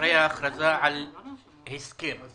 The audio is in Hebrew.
אחרי ההכרזה על הסכם.